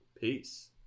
Peace